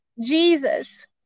Jesus